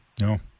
No